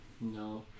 No